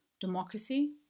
Democracy